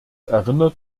erinnert